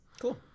Cool